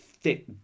Thick